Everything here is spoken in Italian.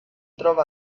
trova